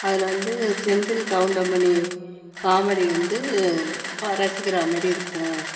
அதில் வந்து செந்தில் கவுண்டமணி காமெடி வந்து ரசிக்கிற மாதிரி இருக்கும்